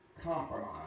compromise